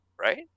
right